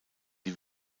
die